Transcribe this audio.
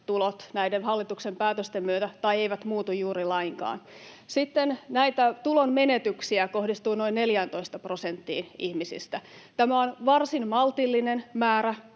näiden hallituksen päätösten myötä tai eivät muutu juuri lainkaan. Sitten näitä tulonmenetyksiä kohdistuu noin 14 prosenttiin ihmisistä. Tämä on varsin maltillinen määrä,